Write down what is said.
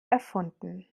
erfunden